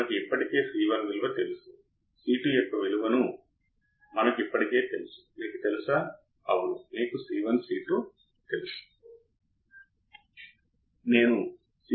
కాబట్టి ఇది inverting amplifier తరువాతి ఉపన్యాసాలలో ఈ ఇన్వర్టింగ్ యాంప్లిఫైయర్ గురించి చర్చిస్తాము సరియైనది